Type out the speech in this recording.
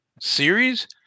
series